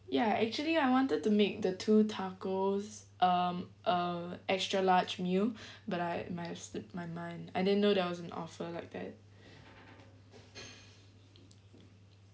ya actually I wanted to make the two tacos um uh extra large meal but I might have slipped my mind I didn't know there was an offer like that